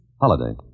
Holiday